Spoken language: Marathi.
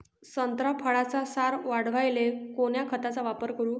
संत्रा फळाचा सार वाढवायले कोन्या खताचा वापर करू?